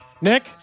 Nick